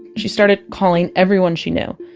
she started calling everyone she knew.